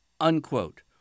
unquote